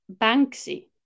Banksy